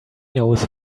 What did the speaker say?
knows